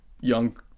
young